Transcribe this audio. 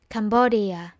Cambodia